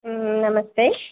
నమస్తే